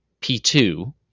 P2